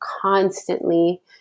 constantly